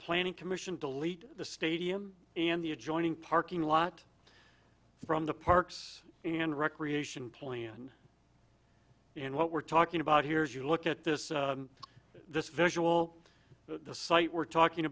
planning commission delete the stadium and the adjoining parking lot from the parks and recreation plan and what we're talking about here is you look at this this visual the site we're talking